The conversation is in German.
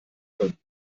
können